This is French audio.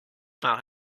par